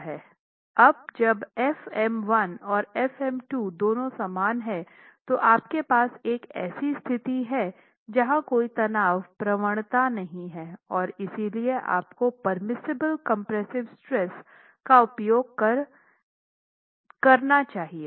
अब जब f m1 और f m2 दोनों समान हैं तो आपके पास एक ऐसी स्थिति है जहां कोई तनाव प्रवणता नहीं है और इसलिए आपको पेर्मिसिबल कम्प्रेस्सिव स्ट्रेस का उपयोग कर किया जाना चाहिए